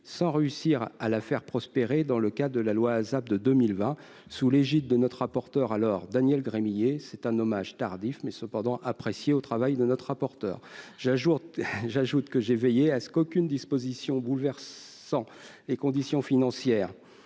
sans réussir à la faire prospérer, dans le cadre de la loi Asap de 2020, sous l'égide de notre rapporteur d'alors, Daniel Gremillet. C'est un hommage tardif, mais bien réel à son travail, qui a été fort apprécié ! J'ajoute que j'ai veillé à ce qu'aucune disposition bouleversant les conditions financières